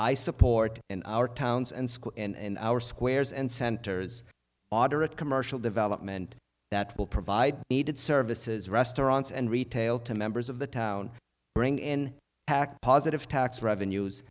i support our towns and school and our squares and centers order a commercial development that will provide needed services restaurants and retail to members of the town bring in positive tax revenues